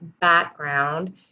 background